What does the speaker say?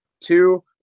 two